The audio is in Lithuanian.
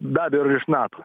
be abejo ir iš nato